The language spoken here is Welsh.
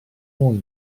mwy